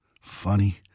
Funny